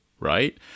Right